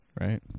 Right